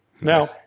Now